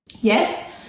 Yes